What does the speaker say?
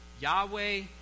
Yahweh